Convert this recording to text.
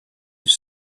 his